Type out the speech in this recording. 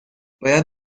باید